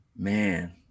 Man